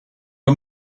are